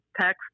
text